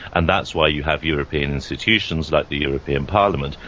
and that's why you have european institutions like the european parliament,